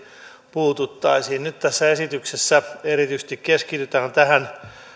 puututtaisiin nyt tässä esityksessä erityisesti keskitytään tähän